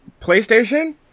playstation